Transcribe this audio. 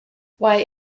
why